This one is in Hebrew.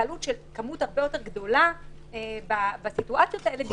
התקהלות של כמות הרבה יותר גדולה בסיטואציות האלה בגלל